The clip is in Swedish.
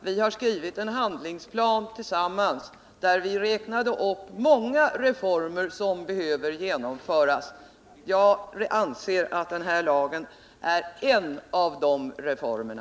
Vi har skrivit en handlingsplan tillsammans, där vi räknat upp många reformer som behöver genomföras. Jag anser att den här lagen är en av de reformerna.